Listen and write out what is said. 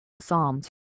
Psalms